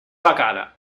becada